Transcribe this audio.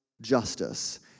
justice